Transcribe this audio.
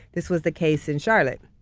this was the case in charlotte,